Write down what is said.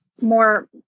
more